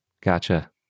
Gotcha